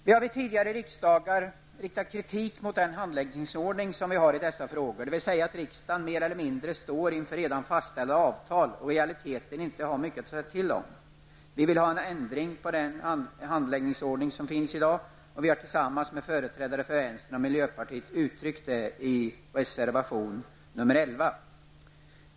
Vi har vid tidigare riksdagar riktat kritik mot den handläggningsordning som vi har i dessa frågor, dvs. att riksdagen mer eller mindre står inför redan fastställda avtal och i realiteten inte har mycket att säga till om. Vi vill ha en ändring på denna handläggningsordning, och vi har tillsammans med företrädare för vänstern och miljöpartiet uttryckt detta i reservation 11.